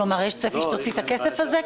כלומר יש צפי שתוציא את הכסף הזה?